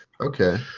okay